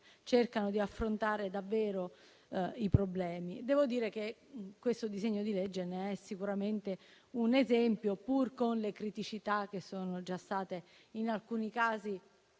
cercano di affrontare davvero i problemi. Devo ammettere che questo disegno di legge è sicuramente un esempio di ciò, pur con le criticità che sono già state sollevate in alcuni casi